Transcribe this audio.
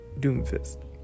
Doomfist